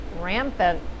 rampant